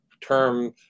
term